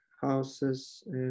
houses